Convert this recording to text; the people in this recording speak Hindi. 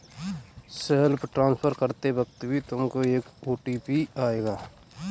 सेल्फ ट्रांसफर करते वक्त भी तुमको एक ओ.टी.पी आएगा